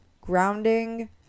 grounding